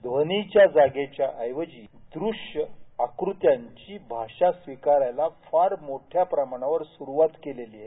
ध्वनीच्या जागेच्या एवजी कृष्ण आकृत्यांची भाषा स्विकाऱ्याला फार मोठ्या प्रमाणावर सुरूवात केलेली आहे